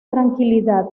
tranquilidad